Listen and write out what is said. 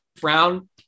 Brown